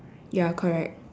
ya correct